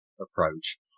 approach